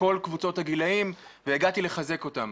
מכל קבוצות הגילאים והגעתי לחזק אותם.